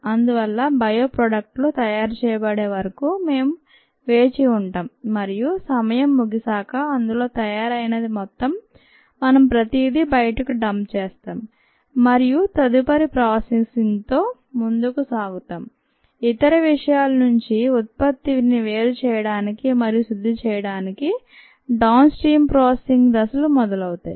అందువల్ల bioproduct లు తయారు చేయబడే వరకు మేం వేచి ఉంటాం మరియు సమయం ముగిసాక అందులో తయారైనది మొత్తం మనం ప్రతిదీ బయటకు డంప్ చేస్తాం మరియు తదుపరి ప్రాసెసింగ్ తో ముందుకు సాగతాం ఇతర విషయాల నుంచి ఉత్పత్తిని వేరు చేయడానికి మరియు శుద్ధి చేయడానికి డౌన్ స్ట్రీమ్ ప్రాసెసింగ్ దశలు మొదలవుతాయి